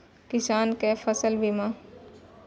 किसान कै फसल बीमा?